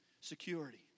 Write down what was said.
security